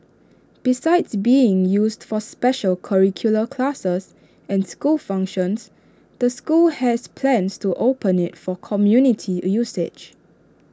besides being used for special curricular classes and school functions the school has plans to open IT for community usage